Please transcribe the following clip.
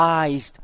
eyes